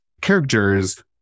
characters